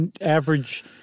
average